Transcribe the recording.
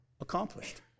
accomplished